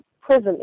prison